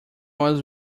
was